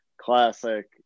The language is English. classic